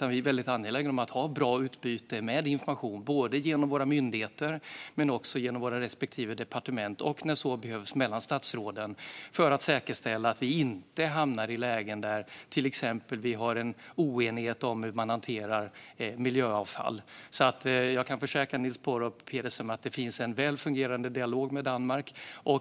Men vi är väldigt angelägna om att ha bra informationsutbyte genom våra myndigheter, genom våra respektive departement och när så behövs mellan statsråden för att säkerställa att vi inte hamnar i lägen där vi till exempel har en oenighet om hur man hanterar miljöavfall. Jag kan försäkra Niels Paarup-Petersen om att det finns en väl fungerande dialog med Danmark.